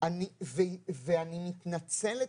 ואני מתנצלת